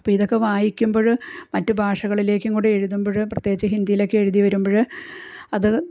അപ്പോൾ ഇതൊക്കെ വായിക്കുമ്പോഴ് മറ്റു ഭാഷകളിലേക്കും കൂടെ എഴുതുമ്പഴ് പ്രത്യേകിച്ച് ഹിന്ദിയിലേക്ക് എഴുതി വരുമ്പഴ് അത്